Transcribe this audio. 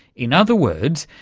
in other words,